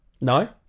No